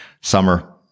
summer